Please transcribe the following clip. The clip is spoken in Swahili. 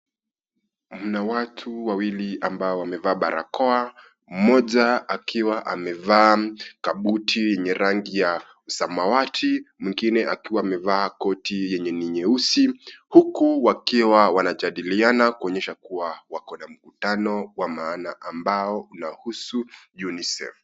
Muna watu wawili ambao wamevaa barakoa, mmoja akiwa amevaa kabuti yenye rangu ya samawati, mwingine akiwa amevaa koti yenye ni nyeusi huku wakiwa wanajadiliana kuonyesha kuwa wako na mkutano wa maana ambao unahusu unicell .